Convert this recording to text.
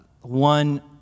one